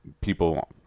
people